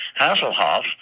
Hasselhoff